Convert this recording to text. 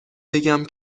بگم